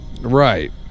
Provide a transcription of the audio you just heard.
Right